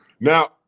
Now